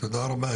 תודה רבה.